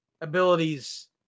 abilities